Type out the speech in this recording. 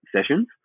sessions